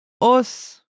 os